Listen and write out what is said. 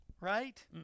Right